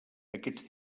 aquests